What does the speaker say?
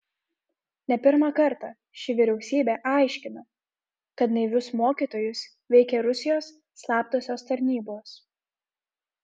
ne pirmą kartą ši vyriausybė aiškina kad naivius mokytojus veikia rusijos slaptosios tarnybos